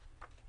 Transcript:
שלו.